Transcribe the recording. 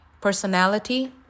personality